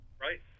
Right